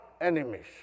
enemies